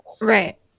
Right